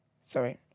sorry